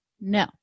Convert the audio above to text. No